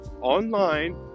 online